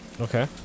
okay